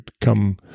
come